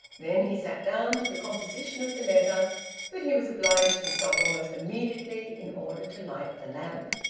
then he sat down to the composition of the letter but he was obliged to stop almost immediately in order to light the lamp.